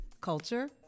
culture